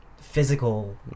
physical